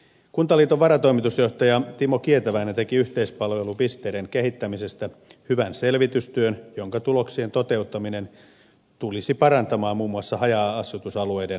kuntaliiton varatoimitusjohtaja timo kietäväinen teki yhteispalvelupisteiden kehittämisestä hyvän selvitystyön jonka tuloksien toteuttaminen tulisi parantamaan muun muassa haja asutusalueiden lupapalveluja